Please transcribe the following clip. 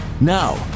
Now